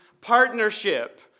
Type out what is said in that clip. partnership